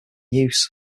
use